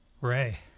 Ray